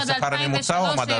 השכר הממוצע או המדד?